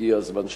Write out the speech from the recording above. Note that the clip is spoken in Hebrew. הגיע הזמן שנתקן.